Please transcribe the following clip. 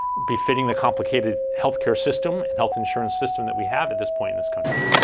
befitting the complicated health care system and health insurance system that we have at this point in this country.